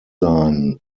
sein